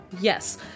Yes